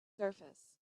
surface